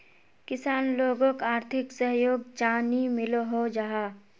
किसान लोगोक आर्थिक सहयोग चाँ नी मिलोहो जाहा?